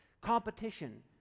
competition